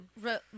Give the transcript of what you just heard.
Right